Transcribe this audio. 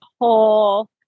whole